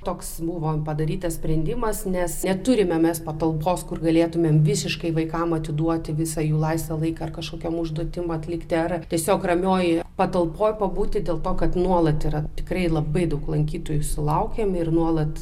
toks buvo padarytas sprendimas nes neturime mes patalpos kur galėtumėm visiškai vaikam atiduoti visą jų laisvą laiką ar kažkokiom užduotim atlikti ar tiesiog ramioj patalpoj pabūti dėl to kad nuolat yra tikrai labai daug lankytojų sulaukiam ir nuolat